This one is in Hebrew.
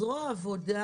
זרוע העבודה